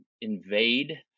invade